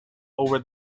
over